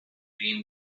dream